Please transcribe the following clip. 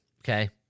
okay